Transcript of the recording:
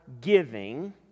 giving